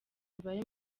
imibare